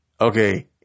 okay